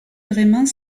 vraiment